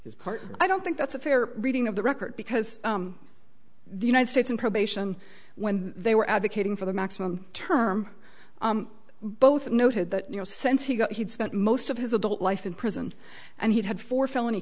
this part i don't think that's a fair reading of the record because the united states and probation when they were advocating for the maximum term both noted that you know since he got he'd spent most of his adult life in prison and he had four felony